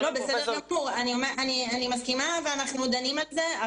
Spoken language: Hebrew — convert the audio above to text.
עם פרופ' ------ אני מסכימה ואנחנו דנים על זה,